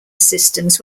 systems